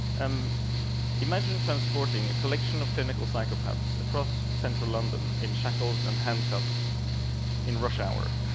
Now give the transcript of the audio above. um imagine transporting a collection of clinical psychopaths across central london in shackles and handcuffs in rush hour,